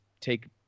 take